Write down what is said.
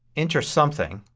enter something,